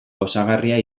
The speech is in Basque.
gozagarria